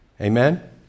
Amen